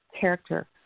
character